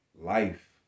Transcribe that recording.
life